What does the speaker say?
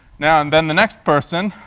now, and then the next person